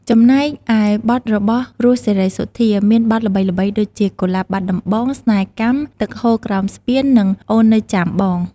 ចំណែកឯបទរបស់ រស់ សេរីសុទ្ធា មានបទល្បីៗដូចជា កុលាបបាត់ដំបង ស្នេហ៍កម្ម ទឹកហូរក្រោមស្ពាន និងអូននៅចាំបង។